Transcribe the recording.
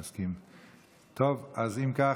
אם כך,